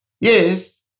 Yes